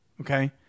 Okay